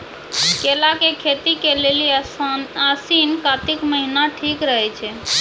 केला के खेती के लेली आसिन कातिक महीना ठीक रहै छै